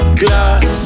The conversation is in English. glass